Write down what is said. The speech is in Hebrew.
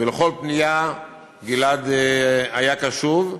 ולכל פנייה גלעד היה קשוב,